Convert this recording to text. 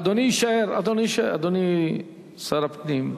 אדוני שר הפנים,